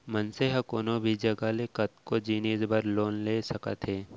मनसे ह कोनो भी जघा ले कतको जिनिस बर लोन ले सकत हावय